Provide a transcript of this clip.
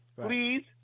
Please